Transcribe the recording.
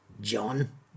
John